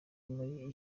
muri